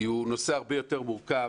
כי הוא נושא הרבה יותר מורכב